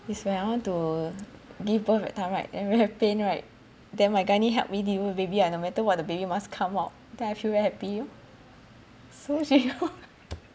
it's when I want to give birth that time right then we have pain right then my gynae helped me deliver baby ah no matter what the baby must come out then I feel very happy lor so she